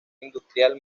industrial